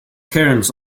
cairns